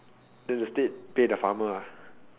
no the state pay the farmer ah